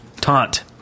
taunt